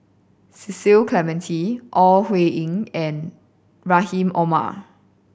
Cecil Clementi Ore Huiying and Rahim Omar